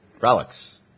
relics